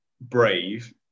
brave